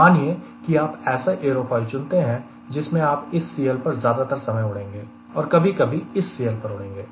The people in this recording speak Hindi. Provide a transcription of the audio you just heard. मानिए कि आप ऐसा एयरोफॉयल चुनते हैं जिसमें आप इस CL पर ज्यादातर समय उड़ेंगे और कभी कभी इस CL पर उड़ेंगे